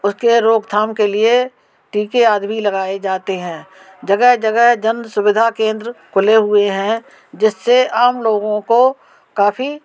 उसके रोकथाम के लिए टीके आदि भी लगाए जाते हैं जगह जगह जन सुविधा केंद्र खोले हुए हैं जिससे आम लोगों को